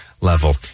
level